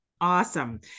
Awesome